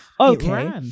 Okay